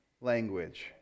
language